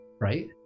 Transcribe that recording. Right